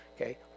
okay